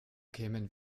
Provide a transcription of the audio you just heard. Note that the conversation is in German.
kämen